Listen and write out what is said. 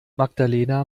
magdalena